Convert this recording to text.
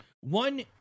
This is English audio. one